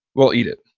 we'll eat it.